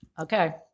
Okay